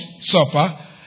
Supper